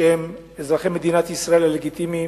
שהם אזרחי מדינת ישראל הלגיטימיים,